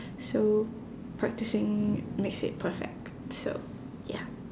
so practising makes it perfect so ya